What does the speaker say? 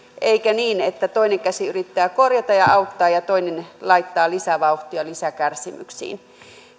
eikä niin että toinen käsi yrittää korjata ja auttaa ja toinen laittaa lisävauhtia lisäkärsimyksiin